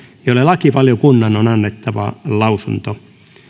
jolle lakivaliokunnan on annettava lausunto